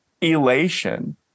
elation